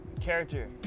character